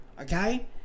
Okay